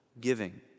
giving